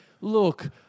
look